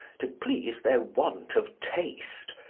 to please their want of taste,